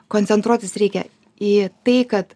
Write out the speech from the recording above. koncentruotis reikia į tai kad